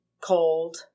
cold